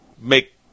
make